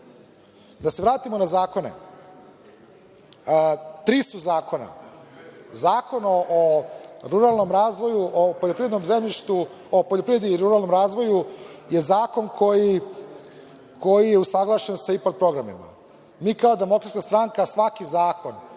se vratimo na zakone. Tri su zakona. Zakon o ruralnom razvoju, o poljoprivrednom zemljištu. Zakon o poljoprivrednom i ruralnom razvoju je zakon koji usaglašen sa IPARD programima. Mi kao DS svaki zakon